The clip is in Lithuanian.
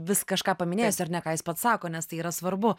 vis kažką paminėsi ar ne ką jis pats sako nes tai yra svarbu